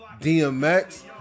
DMX